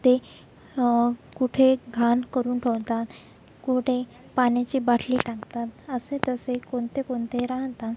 ते कुठे घाण करून ठेवतात कुठे पाण्याची बाटली टाकतात असे तसे कोणते कोणते राहतात